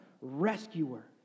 rescuer